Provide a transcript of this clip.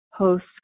Hosts